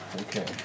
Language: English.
Okay